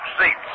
seats